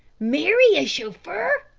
marry a chauffeur?